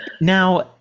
now